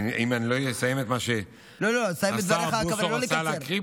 אם אני לא אסיים את מה שהשר בוסו רצה להקריא